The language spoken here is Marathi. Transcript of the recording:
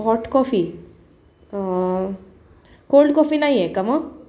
हॉट कॉफी कोल्ड कॉफी नाही आहे का मग